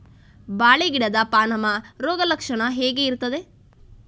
ಬಾಳೆ ಗಿಡದ ಪಾನಮ ರೋಗ ಲಕ್ಷಣ ಹೇಗೆ ಇರ್ತದೆ?